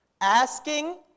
Asking